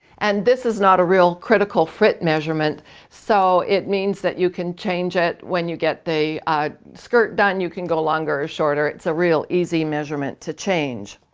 and this is not a real critical fit measurement so it means that you can change it when you get the ah skirt done. you can go longer or shorter it's a real easy measurement to change.